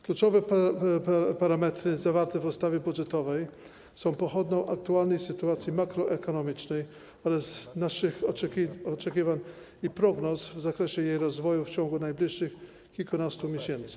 Kluczowe parametry zawarte w ustawie budżetowej są pochodną aktualnej sytuacji makroekonomicznej oraz naszych oczekiwań i prognoz w zakresie jej rozwoju w ciągu najbliższych kilkunastu miesięcy.